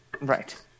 Right